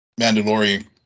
Mandalorian